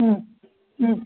ഉം ഉം